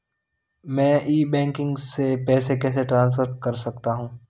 मैं e banking से पैसे कैसे ट्रांसफर कर सकता हूं?